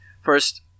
First